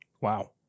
wow